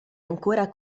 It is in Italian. ancora